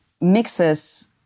mixes